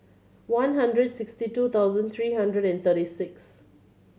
one hundred sixty two thousand three hundred and thirty six